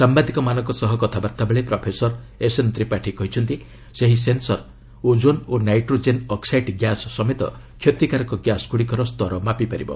ସାମ୍ଘାଦିକମାନଙ୍କ ସହ କଥାବାର୍ତ୍ତା ବେଳେ ପ୍ରଫେସର ଏସ୍ଏନ୍ତ୍ରିପାଠି କହିଛନ୍ତି ସେହି ସେନ୍ସର ଓଜନ ଓ ନାଇଡ୍ରୋଜେନ ଅକ୍ସାଇଡ୍ ଗ୍ୟାସ୍ ସମେତ କ୍ଷତିକାରକ ଗ୍ୟାସ୍ ଗୁଡ଼ିକର ସ୍ତର ମାପିପାରିବ